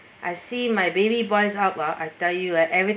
I see my baby boy's out ah I tell you